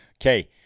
Okay